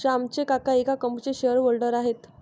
श्यामचे काका एका कंपनीचे शेअर होल्डर आहेत